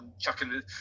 chucking